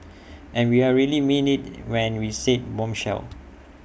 and we really mean IT when we said bombshell